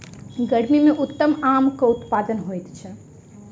गर्मी मे उत्तम आमक उत्पादन होइत अछि